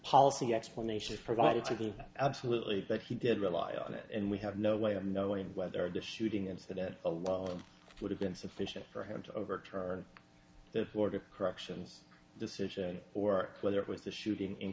policy explanations provided to be absolutely but he did rely on it and we have no way of knowing whether the shooting incident alone would have been sufficient for him to overturn the order corrections decision or whether it was the shooting in